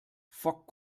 foc